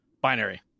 binary